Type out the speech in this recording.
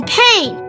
pain